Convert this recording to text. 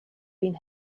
been